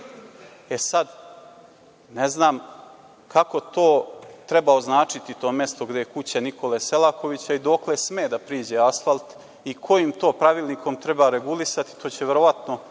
ne znam kako treba označiti mesto gde je kuća Nikole Selakovića i dokle sme da priđe asfalt i kojim to pravilnikom treba regulisati. To bi verovatno